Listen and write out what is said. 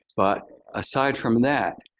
but aside from that,